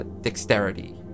Dexterity